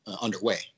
underway